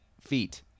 feet